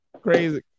Crazy